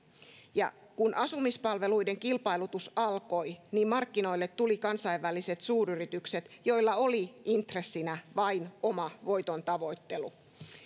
ja kun asumispalveluiden kilpailutus alkoi niin markkinoille tulivat kansainväliset suuryritykset joilla oli intressinä vain oma voitontavoittelu